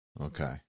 Okay